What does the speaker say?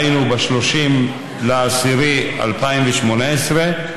היינו ב-30 באוקטובר 2018,